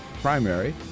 primary